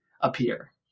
appear